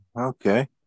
Okay